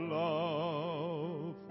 love